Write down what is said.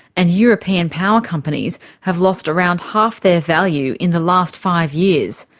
and european power companies have lost around half their value in the last five years.